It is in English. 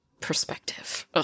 perspective